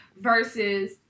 versus